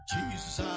Jesus